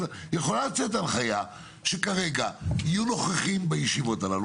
אבל יכולה לצאת הנחיה שכרגע יהיו נוכחים בוועדה הזאת.